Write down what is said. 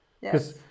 yes